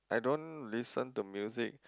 I don't listen to music